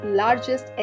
largest